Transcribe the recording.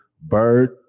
bird